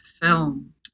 film